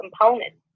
components